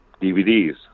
DVDs